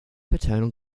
paternal